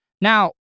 Now